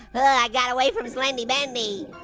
oh i got away from slendy bendy.